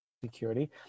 security